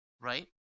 right